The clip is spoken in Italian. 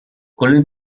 colui